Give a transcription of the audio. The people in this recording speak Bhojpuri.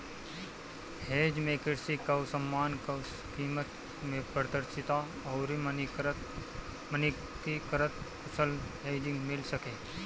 हेज में कृषि कअ समान कअ कीमत में पारदर्शिता अउरी मानकीकृत कुशल हेजिंग मिल सके